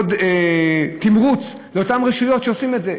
גם לתת עוד תמרוץ לאותן רשויות שעושות את זה.